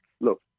Look